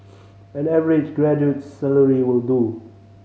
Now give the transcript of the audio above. an average graduate's salary will do